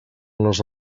les